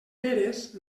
pérez